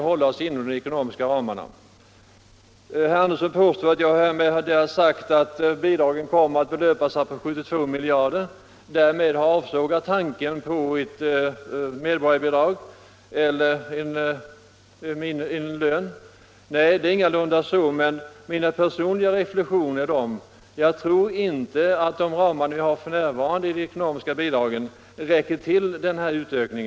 Herr Andersson i Nybro påstår att jag sagt att bidraget skulle komma att uppgå till 72 miljarder kronor och att därmed tanken på ett medborgarbidrag är avsågad. Så är ingalunda fallet. Min personliga reflexion var att den nuvarande ekonomiska ramen för de sociala bidragen inte räcker för en sådan här uträkning.